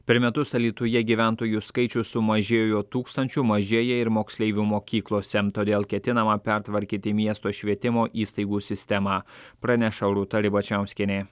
per metus alytuje gyventojų skaičius sumažėjo tūkstančiu mažėja ir moksleivių mokyklose todėl ketinama pertvarkyti miesto švietimo įstaigų sistemą praneša rūta ribačiauskienė